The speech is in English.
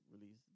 release